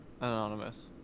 Anonymous